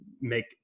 make